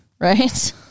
right